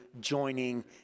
joining